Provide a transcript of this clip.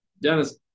Dennis